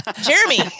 Jeremy